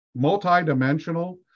multidimensional